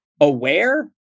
aware